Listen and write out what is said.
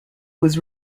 was